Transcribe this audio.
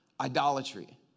idolatry